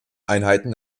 einheiten